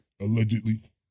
allegedly